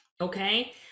Okay